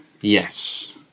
Yes